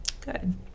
good